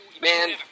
man